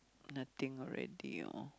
nothing already